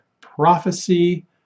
prophecy